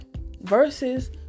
versus